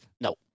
No